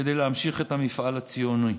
כדי להמשיך את המפעל הציוני.